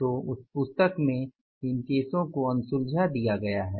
तो उस पुस्तक में इन केसों को अनसुलझा दिया गया हैं